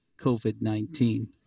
COVID-19